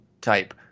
type